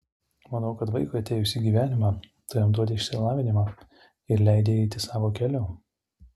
manau kad vaikui atėjus į gyvenimą tu jam duodi išsilavinimą ir leidi eiti savo keliu